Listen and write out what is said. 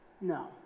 No